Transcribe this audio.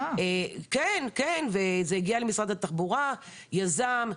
כן, זה הגיע למשרד התחבורה, עם יזם.